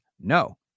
no